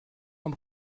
vom